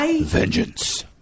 Vengeance